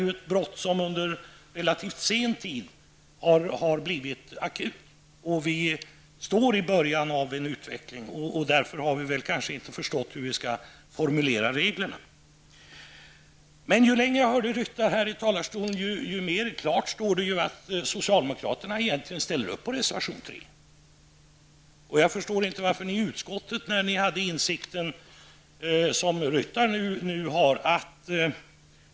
Miljöbrotten har ju under relativt sen tid blivit akuta, och vi står i början av en utveckling. Därför har vi väl kanske inte förstått hur vi skall formulera reglerna. Men ju längre jag lyssnar på Bengt-Ola Ryttar i talarstolen, desto klarare står det att socialdemokraterna egentligen ställer sig bakom reservation 3. Jag förstår inte socialdemokraternas sätt att agera i utskottet med tanke på den insikt som Bengt-Ola Ryttar nu har.